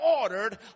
ordered